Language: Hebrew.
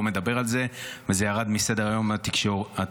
מדבר על זה וזה ירד מסדר-היום התקשורתי.